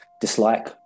dislike